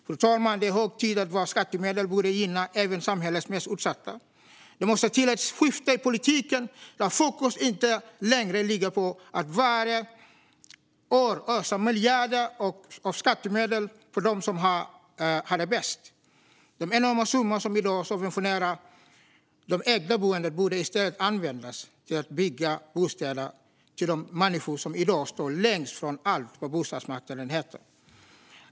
Det är hög tid att våra skattemedel börjar gynna även samhällets mest utsatta, fru talman. Det måste till ett skifte i politiken där fokus inte längre ligger på att varje år ösa miljarder av skattemedel på dem som har det bäst. De enorma summor som i dag subventionerar det ägda boendet borde i stället användas till att bygga bostäder till de människor som i dag står längst ifrån allt vad bostadsmarknaden heter.